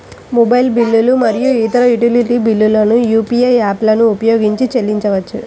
mobile బిల్లులు మరియు ఇతర యుటిలిటీ బిల్లులను యూ.పీ.ఐ యాప్లను ఉపయోగించి చెల్లించవచ్చు